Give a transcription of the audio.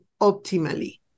optimally